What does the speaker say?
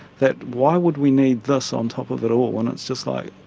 that why would we need this on top of it all? and it's just like,